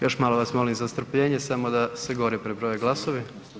Još malo vas molim za strpljenje samo da se gore prebroje glasovi.